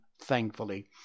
thankfully